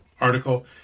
article